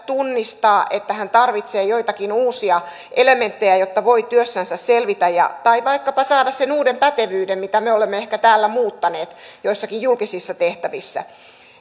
tunnistaa että hän tarvitsee joitakin uusia elementtejä jotta voi työssänsä selvitä tai vaikkapa saada uuden pätevyyden jos vaikka me olemme täällä muuttaneet pätevyyttä joissakin julkisissa tehtävissä